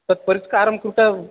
तत् परिष्कारं कृतं